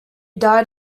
died